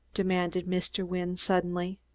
demanded mr. wynne suddenly.